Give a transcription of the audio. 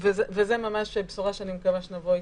וזו ממש בשורה שאני ממש מקווה שנבוא איתה.